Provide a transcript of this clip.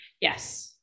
Yes